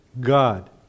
God